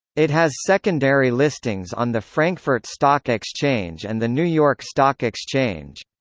it has secondary listings on the frankfurt stock exchange and the new york stock exchange.